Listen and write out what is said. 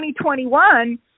2021